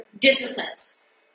disciplines